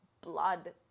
blood